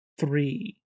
three